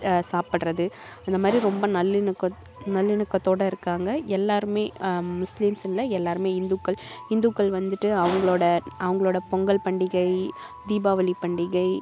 சாப்பிட்றது அந்த மாதிரி ரொம்ப நல்லிணக் நல்லிணக்கத்தோடு இருக்காங்க எல்லோருமே முஸ்லீம்ஸுன் இல்லை எல்லோருமே இந்துக்கள் இந்துக்கள் வந்துட்டு அவங்களோட அவங்களோட பொங்கல் பண்டிகை தீபாவளி பண்டிகை